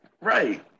Right